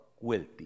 wealthy